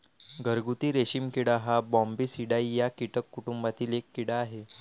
घरगुती रेशीम किडा हा बॉम्बीसिडाई या कीटक कुटुंबातील एक कीड़ा आहे